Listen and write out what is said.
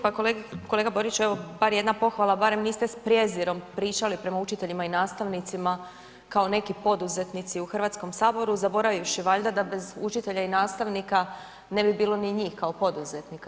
Pa kolega Boriću bar jedna pohvala barem niste s prijezirom pričali prema učiteljima i nastavnicima kao neki poduzetnici u Hrvatskom saboru zaboravivši valjda da bez učitelja i nastavnika ne bi bilo ni njih kao poduzetnika.